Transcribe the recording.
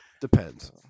Depends